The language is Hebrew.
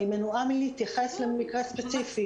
אני מנועה מלהתייחס למקרה ספציפי.